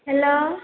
hello